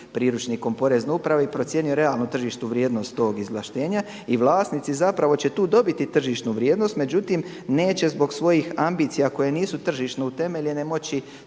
priručnikom porezne uprave i procijenio je realnu tržišnu vrijednost tog izvlaštenja i vlasnici zapravo će tu dobiti tržišnu vrijednost međutim neće zbog svojih ambicija koje nisu tržišno utemeljene moći